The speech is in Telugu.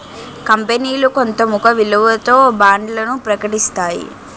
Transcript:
కంపనీలు కొంత ముఖ విలువతో బాండ్లను ప్రకటిస్తాయి